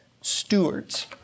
stewards